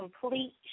complete